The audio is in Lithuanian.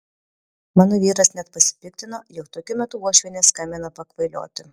mano vyras net pasipiktino jog tokiu metu uošvienė skambina pakvailioti